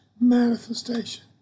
manifestation